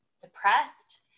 depressed